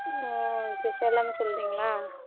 ஆ okay sir எல்லாமே சொல்லிட்டீங்களா